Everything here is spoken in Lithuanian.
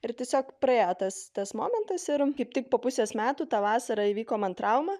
ir tiesiog praėjo tas tas momentas ir kaip tik po pusės metų tą vasarą įvyko man trauma